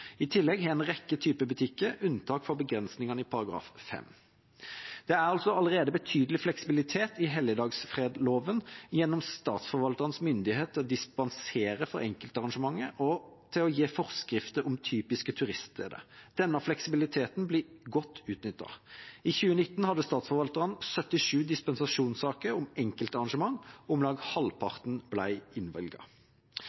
I tillegg har en rekke typer butikker unntak for begrensningene i § 5. Det er altså allerede betydelig fleksibilitet i helligdagsfredloven gjennom Statsforvalterens myndighet til å dispensere for enkeltarrangementer og til å gi forskrifter om typiske turiststeder. Denne fleksibiliteten blir godt utnyttet. I 2019 hadde statsforvalterne, den gang fylkesmennene, 77 dispensasjonssaker om enkeltarrangement, og om lag